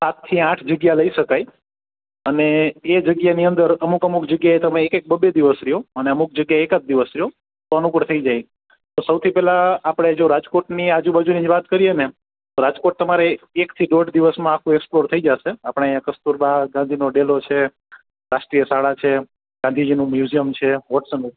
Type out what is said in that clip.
સાતથી આઠ વિડિયા લઈ શકાય અને એ જગ્યાની અંદર અમુક અમુક જગ્યાએ તમે એક એક બે દિવસ રહો અને અમુક જગ્યા એ એકાદ દિવસ રહો તો અનુકૂળ થઈ જાય તો સૌથી પહેલાં આપણે જો રાજકોટની આજુ બાજુની જ વાત કરીયે ને તો રાજકોટ તમારે એકથી દોઢ દિવસમાં આખું એક્સપ્લોર થઈ જાશે આપણે અહીં કસ્તૂરબા ગાંધીનો ડેલો છે રાષ્ટ્રીય શાળા છે ગાંધીજીનું મ્યુઝીયમ છે વોટ્સઅપ મૂક